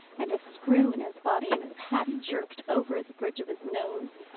and a screw in his body, and his hat jerked over the bridge of his nose,